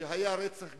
שהיה רצח גם,